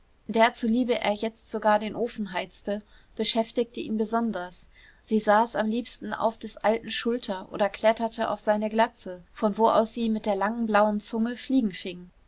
der zuliebe er jetzt sogar den ofen heizte beschäftigte ihn besonders sie saß am liebsten auf des alten schulter oder kletterte auf seine glatze von wo aus sie mit der langen blauen zunge fliegen